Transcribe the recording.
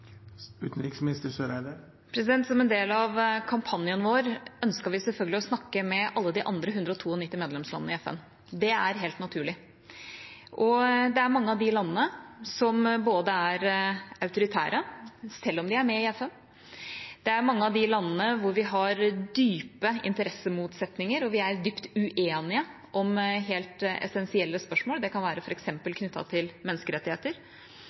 Som en del av kampanjen vår ønsket vi selvfølgelig å snakke med alle de andre 192 medlemslandene i FN. Det er helt naturlig. Det er mange av de landene som er autoritære selv om de er med i FN. Det er mange av de landene vi har dype interessemotsetninger i forhold til, og som vi er dypt uenige med om helt essensielle spørsmål. Det kan f.eks. være knyttet til menneskerettigheter.